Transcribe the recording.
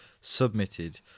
submitted